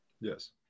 Yes